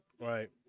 Right